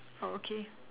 oh okay